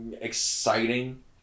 exciting